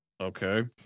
Okay